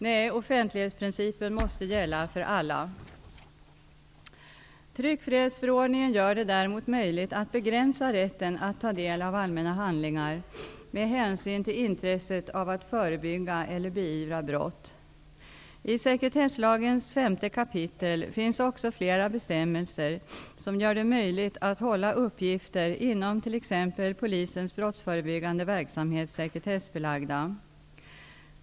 Nej, offentlighetsprincipen måste gälla för alla. Tryckfrihetsförordningen gör det däremot möjligt att begränsa rätten att ta del av allmänna handlingar med hänsyn till intresset av att förebygga eller beivra brott. I sekretesslagens femte kapitel finns också flera bestämmelser som gör det möjligt att hålla uppgifter inom t.ex. Polisens brottsförebyggande verksamhet sekretessbelagda.